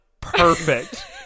perfect